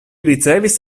ricevis